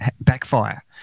backfire